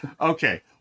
okay